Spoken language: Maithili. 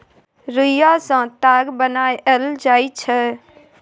रुइया सँ ताग बनाएल जाइ छै